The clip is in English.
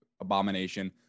abomination